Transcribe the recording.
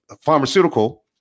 pharmaceutical